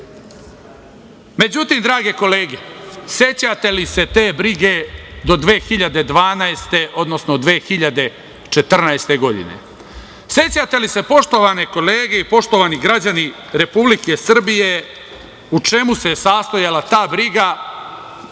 ljudi.Međutim, drage kolege, sećate li te brige do 2012, odnosno 2014. godine, sećate li se poštovane kolege i poštovani građani Republike Srbije u čemu se sastojala ta briga